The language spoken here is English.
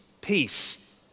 peace